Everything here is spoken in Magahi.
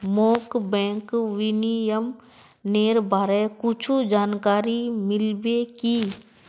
मोक बैंक विनियमनेर बारे कुछु जानकारी मिल्बे की